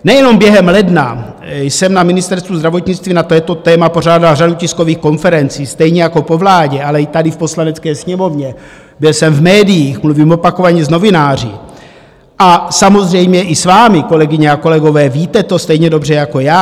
Nejenom během ledna jsem na Ministerstvu zdravotnictví na toto téma pořádal řadu tiskových konferencí, stejně jako po vládě, ale i tady v Poslanecké sněmovně, byl jsem v médiích, mluvím opakovaně s novináři a samozřejmě i s vámi, kolegyně a kolegové, víte to stejně dobře jako já.